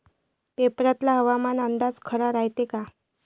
पेपरातला हवामान अंदाज खरा रायते का?